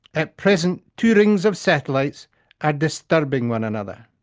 at present two rings of satellites are disturbing one another.